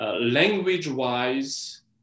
language-wise